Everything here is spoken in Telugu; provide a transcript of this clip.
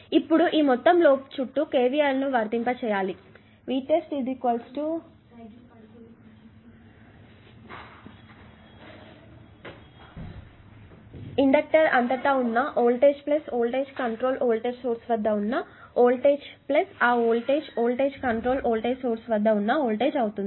ఇప్పుడు ఈ మొత్తం లూప్ చుట్టూ KVL ను వర్తింప చేయాలి V test ఇండక్టర్ అంతటా ఉన్న వోల్టేజ్ ఈ వోల్టేజ్ కంట్రోల్ వోల్టేజ్ సోర్స్ వద్ద ఉన్న వోల్టేజ్ ఆ voltage voltage control voltage source వద్ద ఉన్న వోల్టేజ్ అవుతుంది